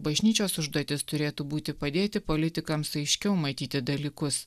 bažnyčios užduotis turėtų būti padėti politikams aiškiau matyti dalykus